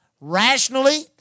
rationally